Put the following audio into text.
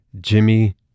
Jimmy